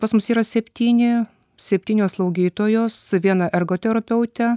pas mus yra septyni septynios slaugytojos viena ergoterapeutė